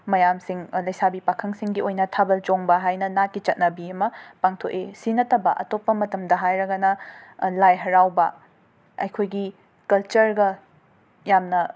ꯃꯌꯥꯝꯁꯤꯡ ꯂꯩꯁꯥꯕꯤ ꯄꯥꯈꯪꯁꯤꯡꯒꯤ ꯑꯣꯏꯅ ꯊꯥꯕꯜ ꯆꯣꯡꯕ ꯍꯥꯏꯅ ꯅꯥꯠꯀꯤ ꯆꯠꯅꯕꯤ ꯑꯃ ꯄꯥꯡꯊꯣꯛꯑꯦ ꯁꯤ ꯅꯠꯇꯕ ꯑꯇꯣꯞꯄ ꯃꯇꯝꯗ ꯍꯥꯏꯔꯒꯅ ꯂꯥꯏ ꯍꯔꯥꯎꯕ ꯑꯩꯈꯣꯏꯒꯤ ꯀꯜꯆꯔꯒ ꯌꯥꯝꯅ